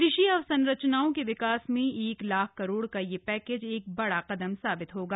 कृषि अवसंरचनाओं के विकास में एक लाख करोड़ का यह पैकेज एक बड़ा कदम साबित होगा